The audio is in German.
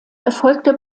erfolgter